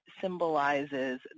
symbolizes